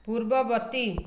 ପୂର୍ବବର୍ତ୍ତୀ